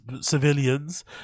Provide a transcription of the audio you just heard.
civilians